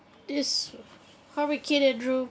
this hurricane andrew